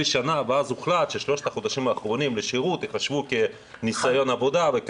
הוחלט אז ששלושת החודשים האחרונים לשירות ייחשבו כניסיון עבודה.